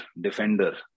defender